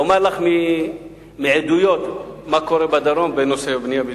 אומר לך מעדויות מה קורה בדרום בנושא בנייה ותוכניות.